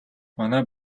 манай